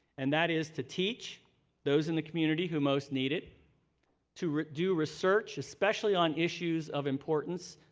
and that is to teach those in the community who most need it to do research especially on issues of importance,